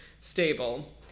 stable